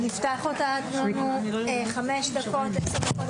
נפתח אותה עוד כחמש דקות שוב.